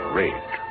rage